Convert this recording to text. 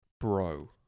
bro